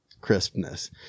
crispness